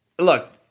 Look